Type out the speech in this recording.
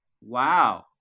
wow